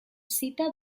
zita